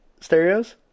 stereos